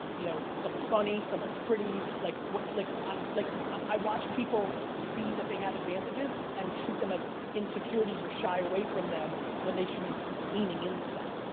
you know some are funny, some are pretty. like like i like i watch people see that they have advantages, and treat them as insecurities or shy away from them, when they should be leaning into them.